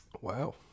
Wow